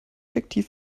effektiv